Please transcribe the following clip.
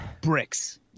bricks